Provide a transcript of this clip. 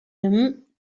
him